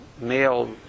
male